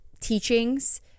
teachings